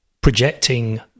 projecting